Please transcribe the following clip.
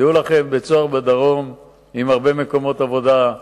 דעו לכם, בית-סוהר בדרום מספק הרבה מקומות עבודה.